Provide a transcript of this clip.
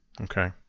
Okay